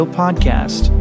podcast